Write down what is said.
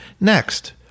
Next